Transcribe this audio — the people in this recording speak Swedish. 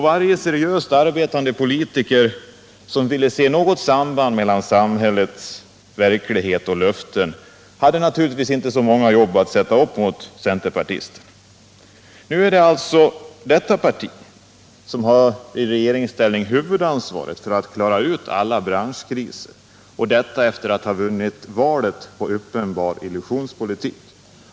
Varje seriöst arbetande politiker, som ville se något samband mellan verklighetens samhälle och löftena, hade naturligtvis inte så många jobb att sätta emot centerpartistens. Nu har centerpartiet i regeringsställning huvudansvaret för att klara ut alla branschkriser, detta efter att ha vunnit valet på en uppenbar illusionspolitik.